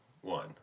one